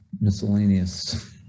Miscellaneous